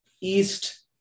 east